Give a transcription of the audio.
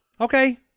Okay